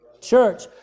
Church